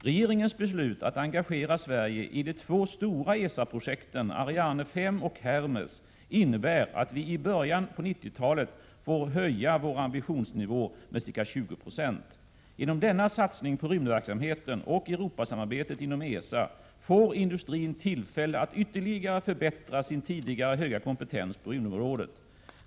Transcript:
Regeringens beslut att engagera Sverige i de två stora ESA-projekten Ariane 5 och Hermes innebär att vi i början på 90-talet får höja vår ambitionsnivå ca 20 Jo. Genom denna satsning på rymdverksamheten och Europasamarbetet inom ESA får industrin tillfälle att ytterligare förbättra sin tidigare höga kompetens på rymdområdet.